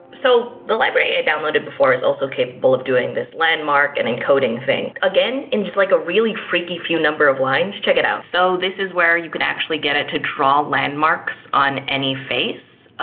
so the library i downloaded before is also capable of doing this landmark and encoding thing. again, in just like a really freaky few number of lines. check it out. so this is where you can actually get it to draw landmarks on any face.